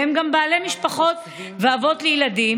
והם גם בעלי משפחות ואבות לילדים.